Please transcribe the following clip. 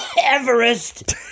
Everest